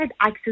access